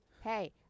hey